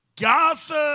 gossip